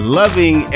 loving